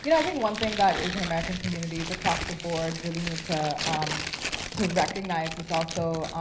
you know i think one thing that asian american communities across the board really need to um to recognize, is also